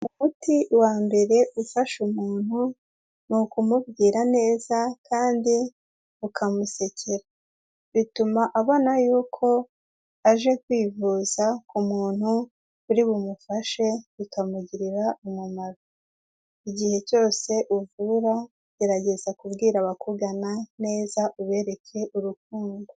Umuti wa mbere ufasha umuntu, ni ukumubwira neza kandi ukamusekera. Bituma abona y'uko aje kwivuza ku muntu uri bumufashe, bikamugirira umumaro. Igihe cyose uvura, gerageza kubwira abakugana neza, ubereke urukundo.